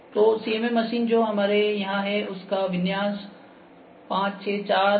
तो CMM machine जो हमारे यहां है उसका विन्यास 5 6 4 है